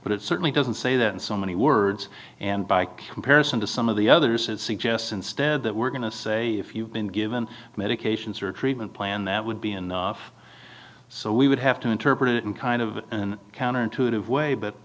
but it certainly doesn't say that in so many words and by comparison to some of the others it suggests instead that we're going to say if you've been given medications or a treatment plan that would be enough so we would have to interpret it in kind of counterintuitive way but